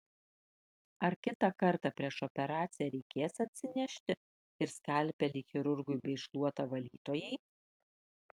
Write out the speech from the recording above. ar kitą kartą prieš operaciją reikės atsinešti ir skalpelį chirurgui bei šluotą valytojai